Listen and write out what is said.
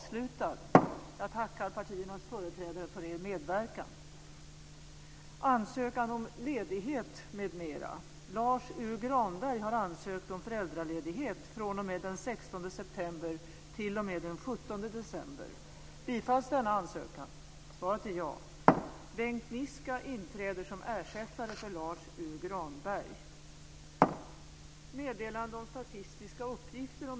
Snart är det äntligen dags att gå ut i den blomstertid som väntar på oss därute.